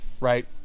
right